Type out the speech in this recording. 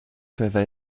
peuvent